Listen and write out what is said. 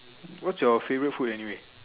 what's your favourite food anyway